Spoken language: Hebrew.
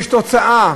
יש תוצאה,